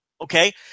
okay